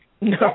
No